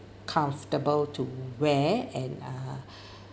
comfortable to wear and uh